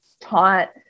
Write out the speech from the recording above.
taught